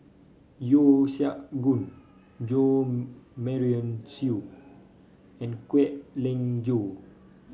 Yeo Siak Goon Jo Marion Seow and Kwek Leng Joo